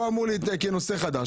פה אמור להתנהל כנושא חדש,